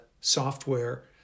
software